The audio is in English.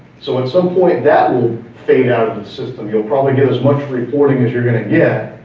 so at some point that will fade out of the system. you'll probably get as much reporting as you're gonna get,